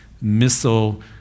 missile